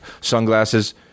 sunglasses